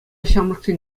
ҫамрӑксен